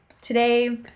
today